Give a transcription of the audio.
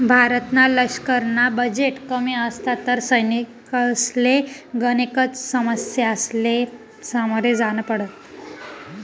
भारतना लशकरना बजेट कमी असता तर सैनिकसले गनेकच समस्यासले समोर जान पडत